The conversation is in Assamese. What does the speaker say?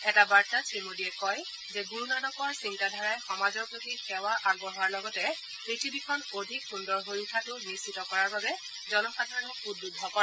এটা বাৰ্তাত শ্ৰীমোডীয়ে কয় যে গুৰুনানকৰ চিন্তাধাৰাই সমাজৰ প্ৰতি সেৱা আগবঢ়োৱাৰ লগতে পৃথিৱীখন অধিক সুন্দৰ হৈ উঠাটো নিশ্চিত কৰাৰ বাবে জনসাধাৰণক উদ্বুদ্ধ কৰে